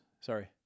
Sorry